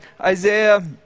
Isaiah